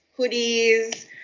hoodies